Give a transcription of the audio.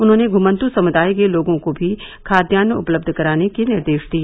उन्होंने घुमंतू समुदाय के लोगों को भी खाद्यान्न उपलब्ध कराने के निर्देश दिए